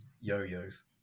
yo-yos